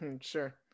Sure